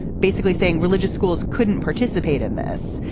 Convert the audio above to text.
basically saying religious schools couldn't participate in this.